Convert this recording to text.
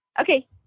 Okay